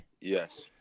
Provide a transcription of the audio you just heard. Yes